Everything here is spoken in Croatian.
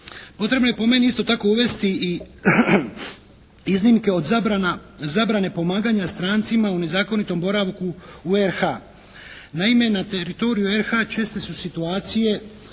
Potrebno je po meni isto tako uvesti i iznimke od zabrane pomaganja strancima u nezakonitom boravku u RH. Naime, na teritoriju RH česte su situacije